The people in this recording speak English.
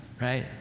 right